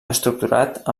estructurat